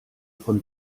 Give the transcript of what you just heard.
von